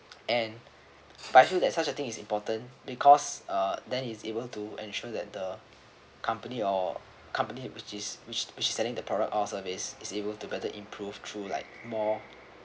and but I feel that that such a thing is important because uh then he's able to ensure that the company or company which is which which selling the product or service is able to better improved through like more